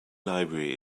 library